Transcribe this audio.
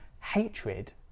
hatred